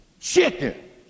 chicken